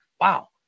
wow